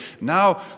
Now